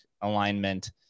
alignment